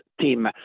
team